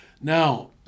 Now